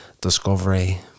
Discovery